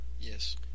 Yes